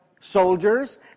soldiers